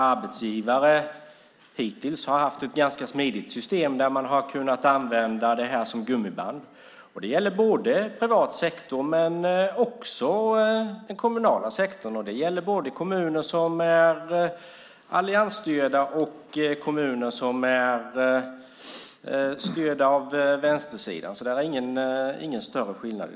Arbetsgivare har hittills haft ett ganska smidigt system och kunnat använda detta som gummiband. Det gäller den privata sektorn men också den kommunala, och det gäller både kommuner som är alliansstyrda och kommuner styrda av vänstersidan. Där finns ingen större skillnad.